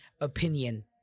opinion